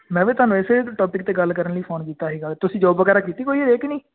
ਮੈਂ ਵੀ ਤੁਹਾਨੂੰ ਇਸੇ ਟੋਪਿਕ 'ਤੇ ਗੱਲ ਕਰਨ ਲਈ ਫ਼ੋਨ ਕੀਤਾ ਸੀਗਾ ਤੁਸੀਂ ਜੋਬ ਵਗੈਰਾ ਕੀਤੀ ਕੋਈ ਹਜੇ ਕਿ ਨਹੀਂ